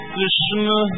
Krishna